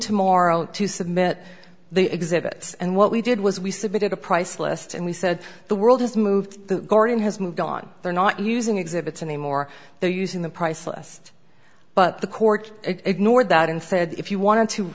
tomorrow to submit the exhibits and what we did was we submitted a price list and we said the world has moved the garden has moved on they're not using exhibits anymore they're using the priceless but the court ignored that and said if you want to